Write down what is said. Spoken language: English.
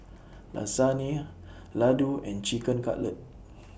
Lasagne Ladoo and Chicken Cutlet